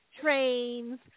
trains